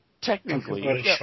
technically